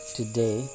today